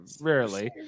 rarely